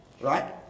right